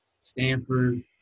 Stanford